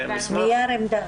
נייר עמדה.